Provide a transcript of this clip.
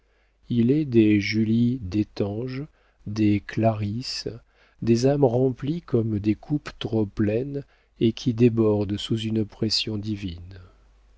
il est des julies d'étanges des clarisses des âmes remplies comme des coupes trop pleines et qui débordent sous une pression divine